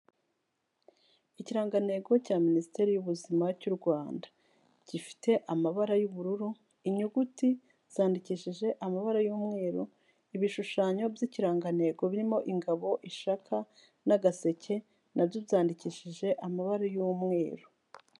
Ikirangantego cya minisiteri y'ubuzima cy'u Rwanda gifite amabara y'ubururu, inyuguti zandikishije amabara y'umweru, ibishushanyo by'ikirangantego birimo ingabo, ishaka, n'agaseke nabyo byandikishije amabara y'umweru.